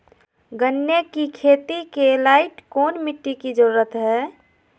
गन्ने की खेती के लाइट कौन मिट्टी की जरूरत है?